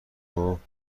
گفت